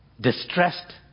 distressed